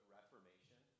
Reformation